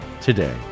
today